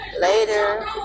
Later